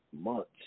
months